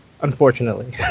Unfortunately